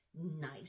Nice